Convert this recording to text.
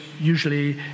usually